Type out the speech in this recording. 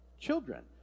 children